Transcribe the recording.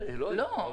לא.